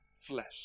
flesh